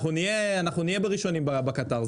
אנחנו נהיה בראשונים בקטר,